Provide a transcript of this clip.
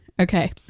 Okay